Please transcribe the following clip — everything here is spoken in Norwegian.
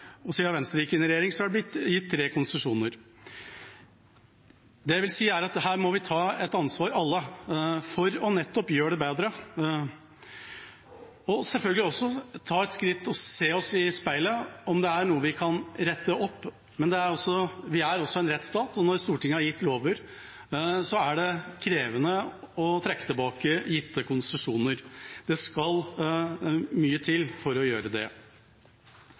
tre konsesjoner. Det jeg vil si, er at her må vi alle ta et ansvar for nettopp å gjøre det bedre, og selvfølgelig ta et skritt tilbake for å se om det er noe vi kan rette opp. Men vi er også en rettsstat, og når Stortinget har gitt lover, er det krevende å trekke tilbake gitte konsesjoner. Det skal mye til for å gjøre det.